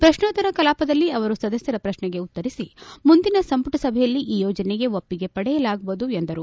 ಪ್ರಶ್ನೋತ್ತರ ಕಲಾಪದಲ್ಲಿ ಅವರು ಸದಸ್ಕರ ಪ್ರಶ್ನೆಗೆ ಉತ್ತರಿಸಿ ಮುಂದಿನ ಸಂಪುಟ ಸಭೆಯಲ್ಲಿ ಈ ಯೋಜನೆಗೆ ಒಪ್ಪಿಗೆ ಪಡೆಯಲಾಗುವುದು ಎಂದರು